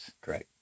Correct